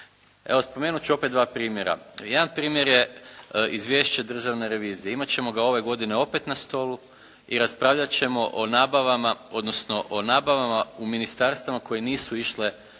Evo, spomenut ću opet dva primjera. Jedan primjer je izvješće Državne revizije. Imat ćemo ga ove godine opet na stolu i raspravljat ćemo o nabavama odnosno o nabavama u ministarstvima koje nisu išle po